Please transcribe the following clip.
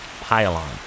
pylon